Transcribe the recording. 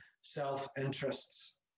self-interests